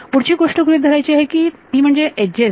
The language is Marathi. पुढची गोष्ट गृहीत धरायची आहे ती म्हणजे एजेस